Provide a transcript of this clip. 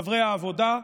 חברי העבודה,